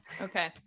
Okay